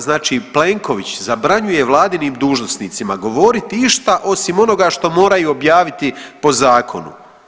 Znači Plenković zabranjuje vladinim dužnosnicima govoriti išta osim onoga što moraju objaviti po zakonu.